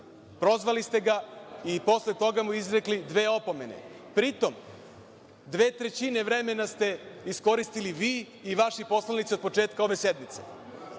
Prozvali ste ga i posle toga mu izrekli dve opomene. Pritom, dve trećine vremena ste iskoristili vi i vaši poslanici od početka ove sednice.